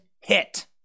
hit